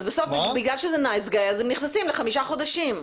אז בסוף בגלל שזה נייס-גאי אז הם נכנסים לחמישה חודשים.